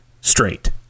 straight